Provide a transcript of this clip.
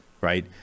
right